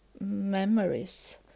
memories